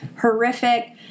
horrific